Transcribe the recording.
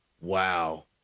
Wow